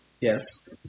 Yes